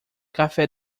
café